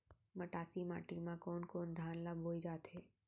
मटासी माटी मा कोन कोन धान ला बोये जाथे?